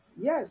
Yes